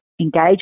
engage